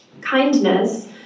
Kindness